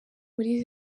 muri